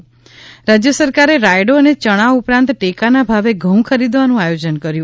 ે રાજ્ય સરકારે રાયડો અને યણા ઉપરાંત ટેકાના ભાવે ઘઉં ખરીદવાનું આયોજન કર્યું